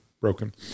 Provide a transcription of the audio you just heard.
broken